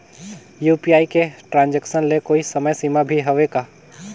UPI के transaction ले कोई समय सीमा भी हवे का?